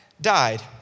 died